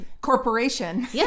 Corporation